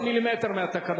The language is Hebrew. אני לא זז מילימטר מהתקנון,